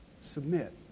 submit